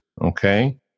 okay